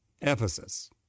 Ephesus